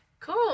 Cool